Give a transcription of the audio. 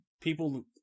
people